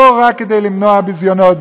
לא רק כדי למנוע ביזיונות,